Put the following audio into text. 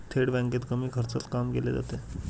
थेट बँकेत कमी खर्चात काम केले जाते